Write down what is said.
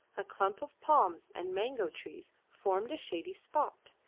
a clump of palms and mango trees formed a shady spot,